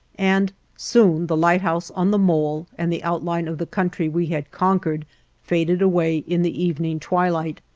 and soon the lighthouse on the mole and the outline of the country we had conquered faded away in the evening twilight.